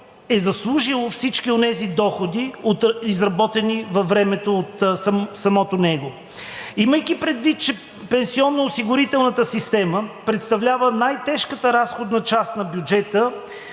е заслужило всички онези доходи, изработени във времето от самото него. Имайки предвид че пенсионноосигурителната система представлява най-тежката разходна част на бюджета,